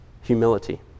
humility